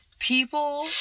People